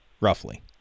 roughly